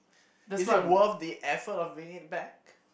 is it worth the effort of bringing it back